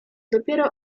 dopiero